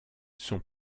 son